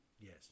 Yes